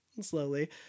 slowly